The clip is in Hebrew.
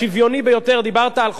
דיברת על חוסר שוויוניות,